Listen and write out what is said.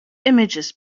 images